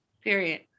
Period